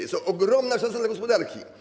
Jest to ogromna szansa dla gospodarki.